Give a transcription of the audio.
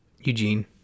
Eugene